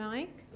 Mike